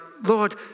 Lord